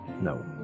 No